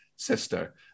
sister